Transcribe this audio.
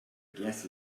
guess